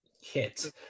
hit